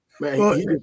man